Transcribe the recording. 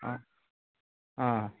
ஆ ஆ